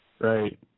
Right